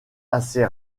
assez